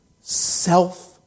self